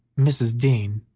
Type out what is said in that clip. mrs. dean,